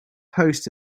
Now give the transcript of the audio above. post